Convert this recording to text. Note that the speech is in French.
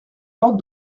porte